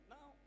Now